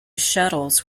shuttles